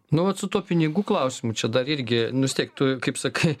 nu vat su tuo pinigų klausimu čia dar irgi nu vis tiek tu kaip sakai